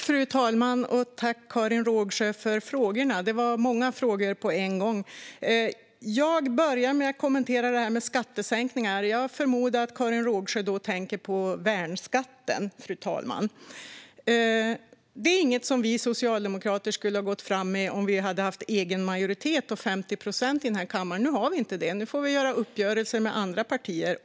Fru talman! Tack, Karin Rågsjö, för frågorna! Det var många på en gång. Jag börjar med att kommentera detta med skattesänkningar. Jag förmodar att Karin Rågsjö tänker på avskaffandet av värnskatten. Det är inget som vi socialdemokrater skulle ha gått fram med om vi hade haft egen majoritet och 50 procent i denna kammare. Nu har vi inte det utan får göra uppgörelser med andra partier.